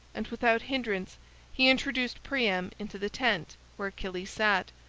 and without hinderance he introduced priam into the tent where achilles sat,